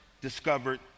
discovered